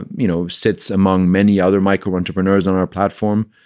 you know, sits among many other micro-entrepreneurs on our platform.